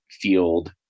field